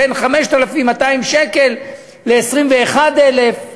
בין 5,200 שקל ל-21,000,